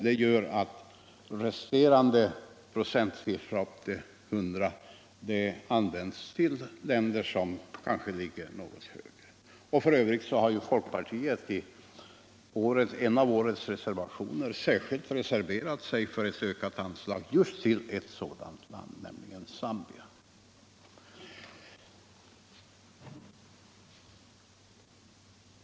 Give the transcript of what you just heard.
Det gör att resterande procent upp till 100 används till länder som kanske ligger något högre. Folkpartiet har f. ö. i en av årets reservationer särskilt yrkat på ett ökat anstag just till ett sådant land. nämligen Zambia.